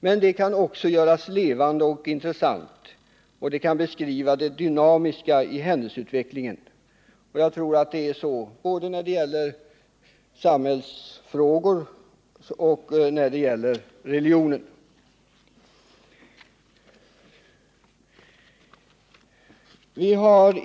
Men genom att beskriva det dynamiska i händelseutvecklingen kan det hela göras levande och intressant. Det tror jag gäller i de båda ämnena.